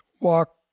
walk